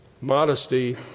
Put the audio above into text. Modesty